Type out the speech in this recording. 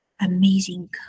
amazing